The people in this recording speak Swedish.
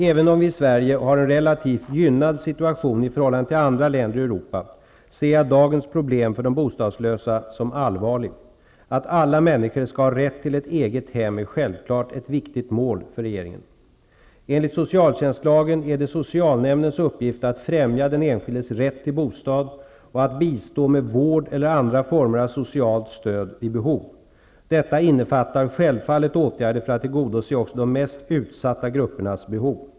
Även om vi i Sverige har en relativt gynnad situation i förhållande till andra länder i Europa ser jag dagens problem för de bostadslösa som allvarliga. Att alla människor skall ha rätt till ett eget hem är självklart ett viktigt mål för regeringen. Enligt socialtjänstlagen är det socialnämndens uppgift att främja den enskildes rätt till bostad och att bistå med vård eller andra former av socialt stöd vid behov. Detta innefattar självfallet åtgärder för att tillgodose också de mest utsatta gruppernas behov.